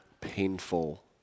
painful